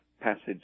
passage